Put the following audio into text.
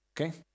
Okay